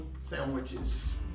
sandwiches